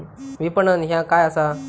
विपणन ह्या काय असा?